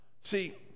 See